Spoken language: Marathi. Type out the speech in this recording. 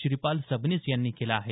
श्रीपाल सबनीस यांनी केला आहे